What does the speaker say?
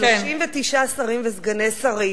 39 שרים וסגני שרים,